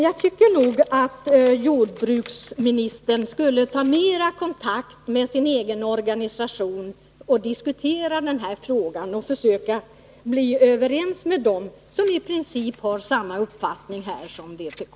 Jag tycker att jordbruksministern skulle ta mera kontakt med sin egen organisation och diskutera den här frågan och försöka bli överens med dem som i princip har samma uppfattning här som vpk.